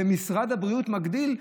ומשרד הבריאות מגדיל,